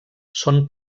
són